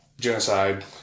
genocide